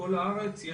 שהם המגלים העיקריים.